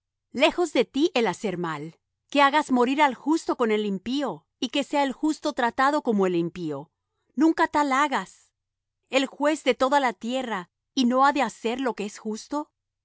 lejos de ti el hacer tal que hagas morir al justo con el impío y que sea el justo tratado como el impío nunca tal hagas el juez de toda la tierra no ha de hacer lo que es justo